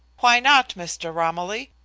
why not, mr. romilly?